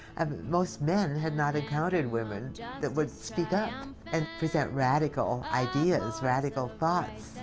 and most men had not encountered women that would speak up. and present radical ideas, radical thoughts.